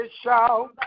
shout